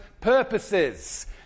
purposes